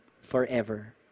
forever